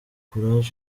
courage